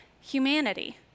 humanity